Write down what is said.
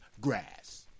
grass